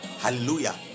hallelujah